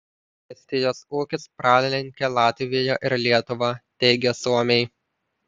estijos ūkis pralenkia latviją ir lietuvą teigia suomiai